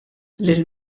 lill